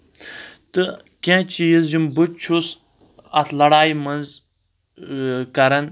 تہٕ کینٛہہ چیٖز یِم بہٕ چھُس اَتھ لڑایہِ منٛز کران